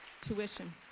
tuition